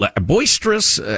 boisterous